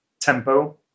tempo